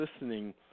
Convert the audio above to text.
listening